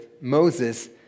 Moses